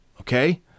Okay